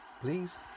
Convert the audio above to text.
Please